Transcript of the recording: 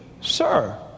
sir